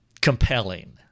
compelling